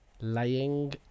laying